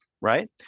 right